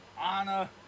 Anna